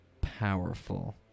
powerful